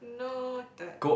noted